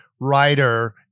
writer-